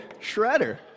Shredder